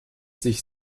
sich